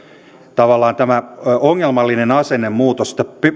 tavallaan ongelmallinen asennemuutos että